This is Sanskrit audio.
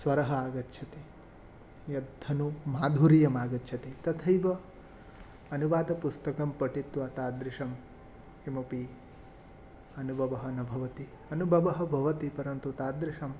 स्वरः आगच्छति यद्दनु माधुर्यमागच्छति तथैव अनुवादं पुस्तकं पठित्वा तादृशं किमपि अनुभवः न भवति अनुभवः भवति परन्तु तादृशम्